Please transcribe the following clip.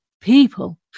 people